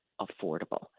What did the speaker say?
affordable